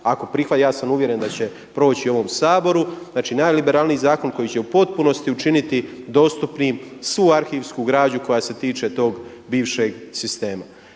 ako prihvate, ja sam uvjeren da će proći u ovom Saboru. Znači najliberalniji zakon koji će u potpunosti učiniti dostupnim svu arhivsku građu koja se tiče tog bivšeg sistema.